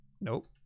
Nope